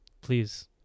please